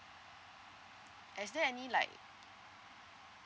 as there any like